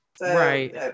Right